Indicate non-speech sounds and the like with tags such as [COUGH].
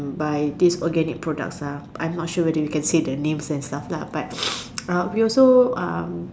by this organic products ah I'm not sure whether you can say the names and stuff lah [NOISE] but um we also um